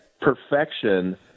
perfection